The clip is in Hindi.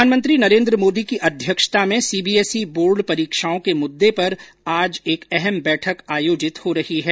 प्रधानमंत्री नरेन्द्र मोदी की अध्यक्षता में सीबीएसई बोर्ड परीक्षाओं के मुद्दे पर आज एक अहम बैठक आयोजित हो रही है